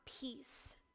Peace